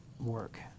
work